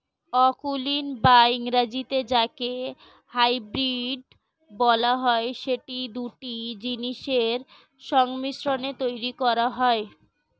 অকুলীন বা ইংরেজিতে যাকে হাইব্রিড বলা হয়, সেটি দুটো জিনিসের সংমিশ্রণে তৈরী করা হয়